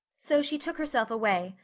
so she took herself away,